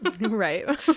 Right